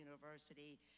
University